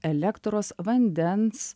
elektros vandens